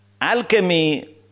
Alchemy